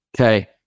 Okay